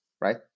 right